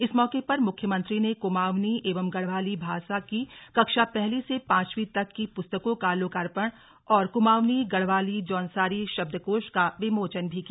इस मौके पर मुख्यमंत्री ने कुमाऊँनी एवं गढ़वाली भाषा की कक्षा पहली से पांचवी तक की पुस्तकों का लोकार्पण और कुमाऊँनी गढ़वाली जौनसारी शब्दकोष का विमोचन भी किया